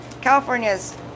California's